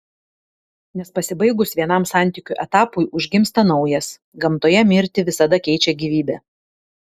nes pasibaigus vienam santykių etapui užgimsta naujas gamtoje mirtį visada keičia gyvybė